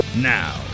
Now